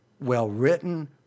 well-written